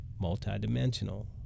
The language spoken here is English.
multidimensional